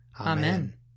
Amen